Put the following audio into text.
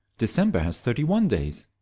december has thirty-one days.